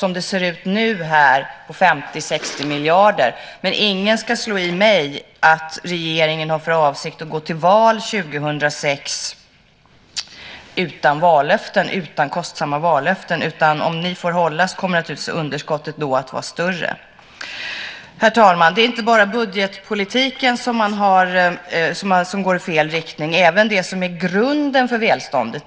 Som det ser ut nu är det på 50-60 miljarder, men ingen ska slå i mig att regeringen har för avsikt att gå till val 2006 utan kostsamma vallöften. Om ni får hållas kommer naturligtvis underskottet att då vara större. Herr talman! Det är inte bara budgetpolitiken som går i fel riktning. Det gäller även det som är grunden för välståndet.